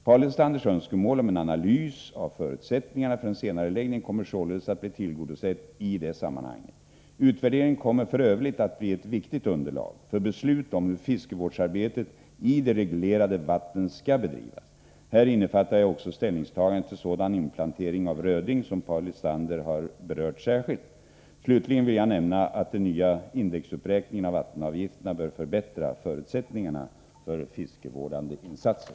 Paul Lestanders önskemål om en analys av förutsättningarna för en senareläggning kommer således att bli tillgodosett i det sammanhanget. Utvärderingen kommer f. ö. att bli ett viktigt underlag för beslut om hur fiskevårdsarbetet i de reglerade vattnen skall bedrivas. Häri innefattar jag också ställningstagande till sådan inplantering av röding som Paul Lestander har berört särskilt. Slutligen vill jag nämna att den nya indexuppräkningen av vattenavgifterna bör förbättra förutsättningarna för fiskevårdande insatser.